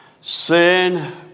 Sin